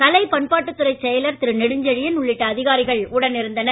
கலை பண்பாட்டுத்துறை செயலர் திரு நெடுங்செழியன் உள்ளிட்ட அதிகாரிகள் உடனிருந்தனர்